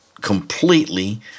completely